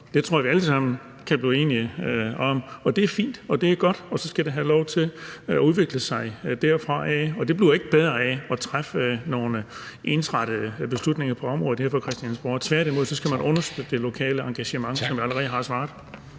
det tror jeg at vi alle sammen kan blive enige om. Og det er fint, og det er godt, og så skal det have lov til at udvikle sig derfra. Og det bliver ikke bedre af at træffe nogle ensrettede beslutninger på området her fra Christiansborg. Tværtimod skal man understøtte det lokale engagement – som jeg allerede har svaret.